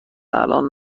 الان